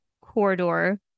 corridor